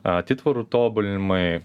atitvarų tobulinimai